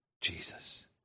Jesus